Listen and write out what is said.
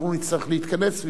אנחנו נצטרך להתכנס,